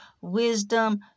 wisdom